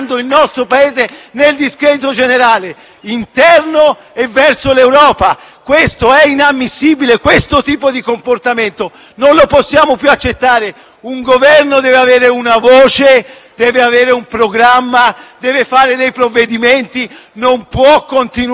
interno e verso l'Europa: questo è inammissibile. Questo tipo di comportamento non lo possiamo più accettare. Un Governo deve avere una voce, deve avere un programma, deve fare dei provvedimenti: non può continuare a prendere in giro un Paese intero